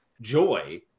joy